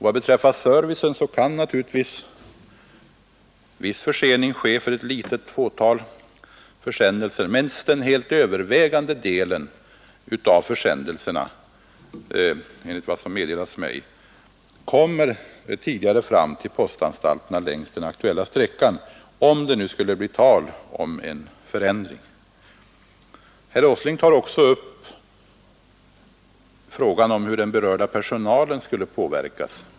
Vad beträffar servicen kan naturligtvis viss försening ske för ett litet 41 fåtal försändelser, medan den helt övervägande delen av försändelserna — enligt vad som meddelats mig — kommer tidigare fram till postanstalterna längs den aktuella sträckan, om det nu skulle bli tal om en förändring. Herr Åsling tar också upp frågan om hur den berörda personalen skulle påverkas.